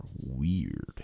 weird